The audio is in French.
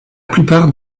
plupart